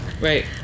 Right